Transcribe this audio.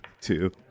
Two